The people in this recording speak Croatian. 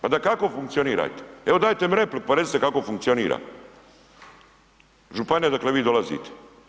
Pa dakako funkcionirajte, evo dajte mi repliku pa recite kako funkcionira županija odakle vi dolazite.